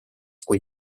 kui